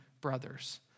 brothers